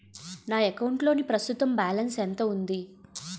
నా అకౌంట్ లోని ప్రస్తుతం బాలన్స్ ఎంత ఉంది?